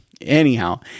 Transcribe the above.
anyhow